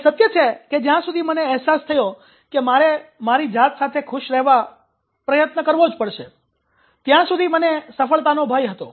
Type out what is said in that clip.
એ સત્ય છે કે જ્યાં સુધી મને અહેસાસ થયો કે મારે મારી જાત સાથે ખુશ રહેવા મારે પ્રયત્ન કરવો જ પડશે ત્યાં સુધી મને સફળતાનો ભય હતો